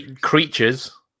creatures